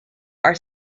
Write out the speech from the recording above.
are